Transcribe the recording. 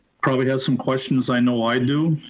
probably has some questions. i know i do.